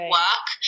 work